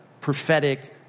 prophetic